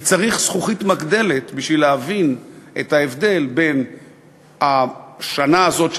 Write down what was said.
כי צריך זכוכית מגדלת בשביל להבין את ההבדל בין השנה הזאת,